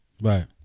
Right